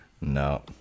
No